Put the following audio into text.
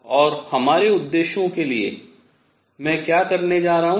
और हमारे उद्देश्यों के लिए मैं क्या करने जा रहा हूँ